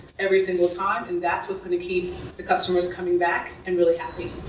every single time, and that's what's gonna keep the customers coming back, and really happy,